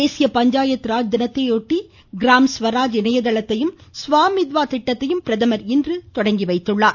தேசிய பஞ்சாயத்து ராஜ் தினத்தையொட்டி கிராம்ஸ்வராஜ் இணையதளத்தையும் ஸ்வா மித்வா திட்டத்தையும் பிரதமர் இன்று தொடங்கி வைத்தார்